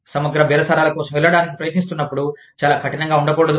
సమగ్ర బేరసారాల కోసం వెళ్ళడానికి ప్రయత్నిస్తున్నప్పుడు చాలా కఠినంగా ఉండకూడదు